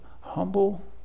humble